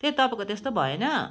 त्यही तपाईँको त्यस्तो भएन